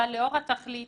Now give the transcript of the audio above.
אבל לאור התכלית